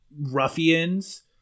ruffians